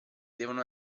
devono